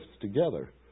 together